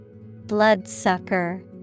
Bloodsucker